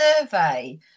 survey